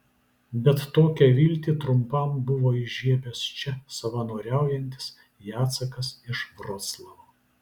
bet tokią viltį trumpam buvo įžiebęs čia savanoriaujantis jacekas iš vroclavo